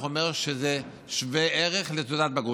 אומר: שזה שווה ערך לתעודת בגרות.